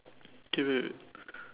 K wait wait